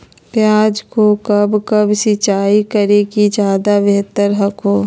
प्याज को कब कब सिंचाई करे कि ज्यादा व्यहतर हहो?